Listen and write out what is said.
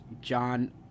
John